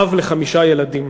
אב לחמישה ילדים.